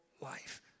life